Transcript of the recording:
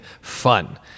fun